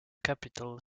capital